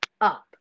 up